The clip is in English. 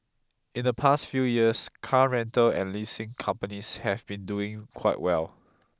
in the past few years car rental and leasing companies have been doing quite well